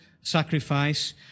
sacrifice